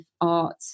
art